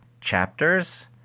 chapters